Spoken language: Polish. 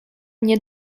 nie